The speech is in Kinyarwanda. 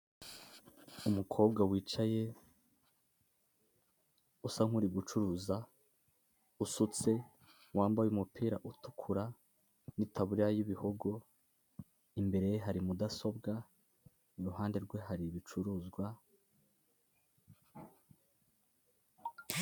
Umukobwa wicaye usa nk'uri gucuruza usutse wambaye umupira utukura n'itaburiya y'ibihogo imbere ye hari mudasobwa iruhande rwe hari ibicuruzwa.